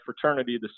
fraternity